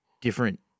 different